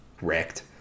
wrecked